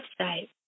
website